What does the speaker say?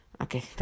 Okay